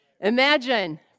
Imagine